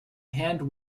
hand